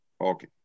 Okay